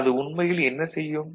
அது உண்மையில் என்ன செய்யும்